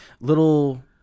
little